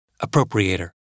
appropriator